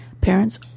Parents